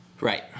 Right